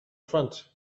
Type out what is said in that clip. front